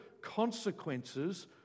consequences